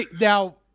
Now